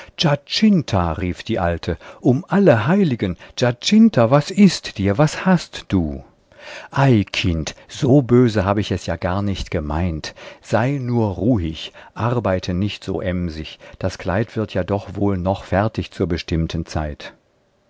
rief die alte um alle heiligen giacinta was ist dir was hast du ei kind so böse habe ich es ja gar nicht gemeint sei nur ruhig arbeite nicht so emsig das kleid wird ja doch wohl noch fertig zur bestimmten zeit